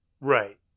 Right